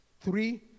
three